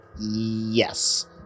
Yes